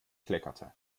kleckerte